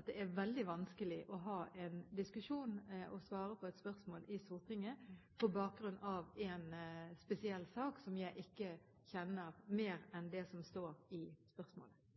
at det er veldig vanskelig å ha en diskusjon og svare på et spørsmål i Stortinget på bakgrunn av én spesiell sak, som jeg ikke kjenner mer til enn det som står i spørsmålet